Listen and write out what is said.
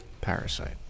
parasite